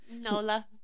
Nola